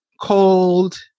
cold